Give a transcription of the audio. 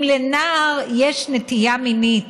אם לנער יש נטייה מינית